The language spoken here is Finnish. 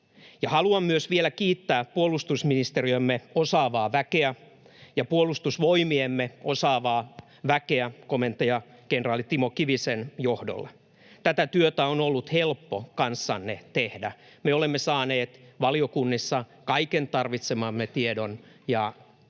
Haluan myös vielä kiittää puolustusministeriömme osaavaa väkeä ja Puolustusvoimiemme osaavaa väkeä komentaja, kenraali Timo Kivisen johdolla. Tätä työtä on ollut helppo kanssanne tehdä, me olemme saaneet valiokunnissa kaiken tarvitsemamme tiedon ja kaiken,